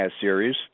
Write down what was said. series